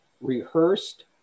rehearsed